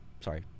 Sorry